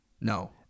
No